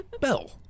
Bell